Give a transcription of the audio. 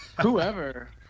whoever